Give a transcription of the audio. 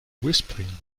whispering